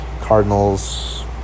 Cardinals